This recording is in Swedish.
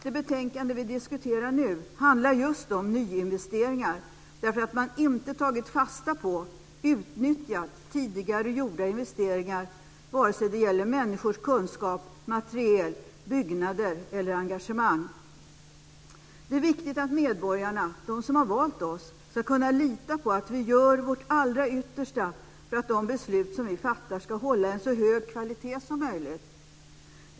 Det betänkande vi diskuterar nu handlar just om nyinvesteringar, därför att man inte har tagit fasta på och utnyttjat tidigare gjorda investeringar vare sig det gäller människors kunskap, materiel, byggnader eller engagemang. Det är viktigt att medborgarna, de som har valt oss, ska kunna lita på att vi gör vårt allra yttersta för att de beslut som vi fattar ska hålla en så hög kvalitet som möjligt.